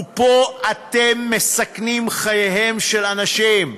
ופה אתם מסכנים חיים של אנשים,